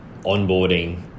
onboarding